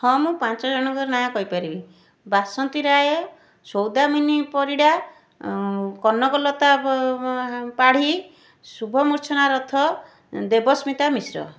ହଁ ମୁଁ ପାଞ୍ଚଜଣଙ୍କ ନାଁ କହିପାରିବି ବାସନ୍ତୀ ରାୟ ସୌଦାମିନୀ ପରିଡ଼ା କନକଲତା ପାଢ଼ୀ ଶୁଭମୁର୍ଚ୍ଛନା ରଥ ଏଁ ଦେବସ୍ମିତା ମିଶ୍ର